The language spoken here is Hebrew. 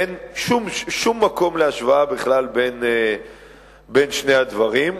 אין שום מקום להשוואה בכלל בין שני הדברים.